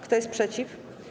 Kto jest przeciw?